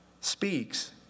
speaks